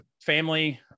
family